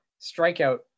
strikeout